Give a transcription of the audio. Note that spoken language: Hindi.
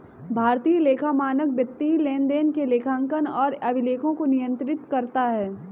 भारतीय लेखा मानक वित्तीय लेनदेन के लेखांकन और अभिलेखों को नियंत्रित करता है